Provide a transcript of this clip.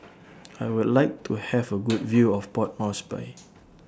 I Would like to Have A Good View of Port Moresby